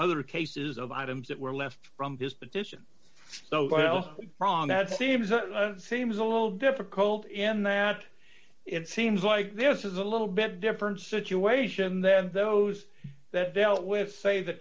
other cases of items that were left from this petition so wrong as it seems seems a little difficult in that it seems like this is a little bit different situation than those that dealt with say the